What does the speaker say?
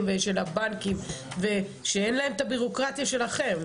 ושל הבנקים שאין להם את הבירוקרטיה שלכם,